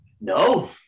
no